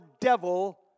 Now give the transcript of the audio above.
devil